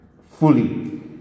fully